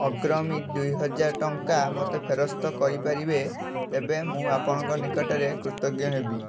ଅଗ୍ରମୀ ଦୁଇହଜାର ଟଙ୍କା ମୋତେ ଫେରସ୍ତ କରିପାରିବେ ତେବେ ମୁଁ ଆପଣଙ୍କ ନିକଟରେ କୃତଜ୍ଞ ହେବି